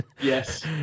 yes